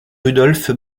rudolf